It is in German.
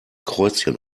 kreuzchen